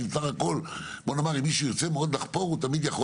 כי בסך הכול אם מישהו ירצה מאוד לחפור הוא תמיד יכול